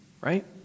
right